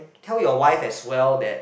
tell your wife as well that